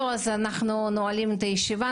נועלים את הישיבה.